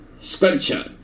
scripture